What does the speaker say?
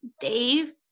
Dave